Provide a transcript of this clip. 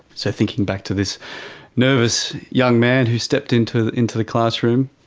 so thinking back to this nervous young man who stepped into the into the classroom,